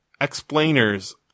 explainers